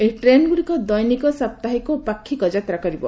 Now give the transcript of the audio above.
ଏହି ଟ୍ରେନ୍ଗ୍ରଡ଼ିକ ଦୈନିକ ସାପ୍ତାହିକ ଓ ପାକ୍ଷିକ ଯାତ୍ରା କରିବ